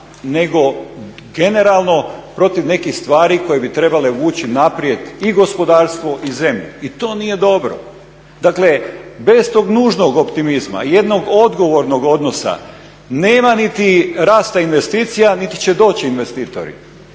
nego generalno protiv nekih stvari koje bi trebale vući naprijed i gospodarstvo i zemlju i to nije dobro. Dakle bez tog nužnog optimizma, jednog odgovornog odnosa nema niti rasta investicija niti će doći investitori,